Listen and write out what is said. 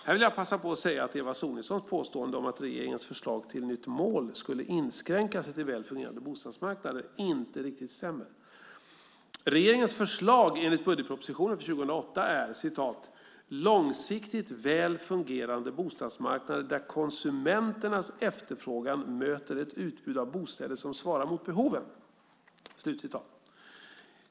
Här vill jag passa på att säga att Eva Sonidssons påstående, att regeringens förslag till nytt mål skulle inskränka sig till väl fungerande bostadsmarknader, inte riktigt stämmer. Regeringens förslag enligt budgetpropositionen för 2008 är "långsiktigt väl fungerande bostadsmarknader där konsumenternas efterfrågan möter ett utbud av bostäder som svarar mot behoven".